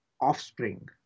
offspring